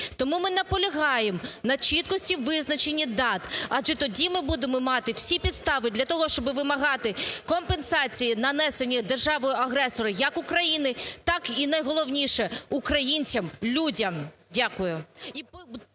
Тому ми наполягаємо на чіткості визначення дат, адже тоді ми будемо мати всі підстави для того, щоб вимагати компенсації, нанесені державою-агресором, як Україні так і, найголовніше, українцям, людям. Дякую.